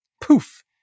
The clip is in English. Poof